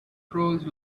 crows